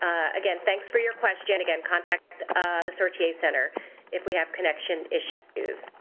again thanks for your question. again contact the associates center if we have connection issues.